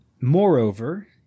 Moreover